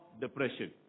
depression